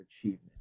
achievement